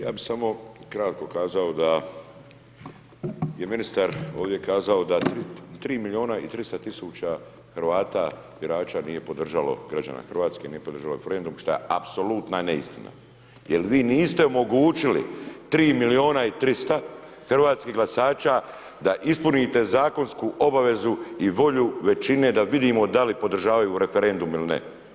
Ja bih samo kratko kazao da je ministar ovdje kazao da 3 milijuna i 300 tisuća Hrvata, birača nije podržalo građane Hrvatske, nije podržalo referendum šta je apsolutna neistina jer vi niste omogućili 3 milijuna i 300 hrvatskih glasača da ispunite zakonsku obavezu i volju većine da vidimo da li podržavaju referendum ili ne.